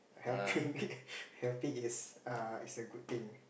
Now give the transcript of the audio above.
helping helping is is everything